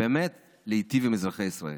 באמת להיטיב עם אזרחי ישראל.